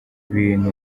bintu